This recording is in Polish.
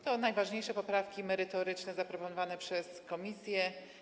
To najważniejsze poprawki merytoryczne zaproponowane przez komisję.